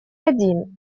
один